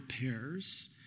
pairs